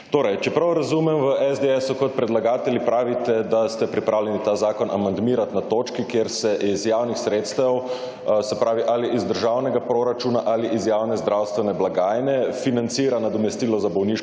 Torej, če prav razumem, v SDS kot predlagatelji pravite, da ste pripravljeni ta zakon amandmirati na točki, kjer se iz javnih sredstev, se pravi ali iz državnega proračuna ali iz javne zdravstvene blagajne financira nadomestilo za bolniško